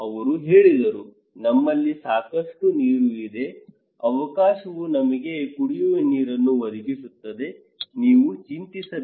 ಅವರು ಹೇಳಿದರು ನಮ್ಮಲ್ಲಿ ಸಾಕಷ್ಟು ನೀರು ಇದೆ ಆಕಾಶವು ನಮಗೆ ಕುಡಿಯುವ ನೀರನ್ನು ಒದಗಿಸುತ್ತದೆ ನೀವು ಚಿಂತಿಸಬೇಡಿ